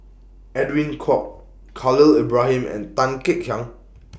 Edwin Koek Khalil Ibrahim and Tan Kek Hiang